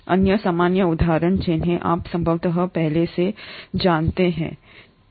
अन्य सामान्य उदाहरण जिन्हें आप संभवतः पहले से जानते हैं ई